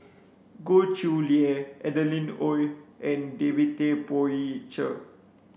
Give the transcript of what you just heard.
Goh Chiew Lye Adeline Ooi and David Tay Poey Cher